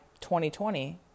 2020